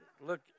Look